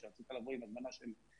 כשאת צריכה לבוא עם הזמנה של 100,